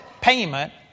payment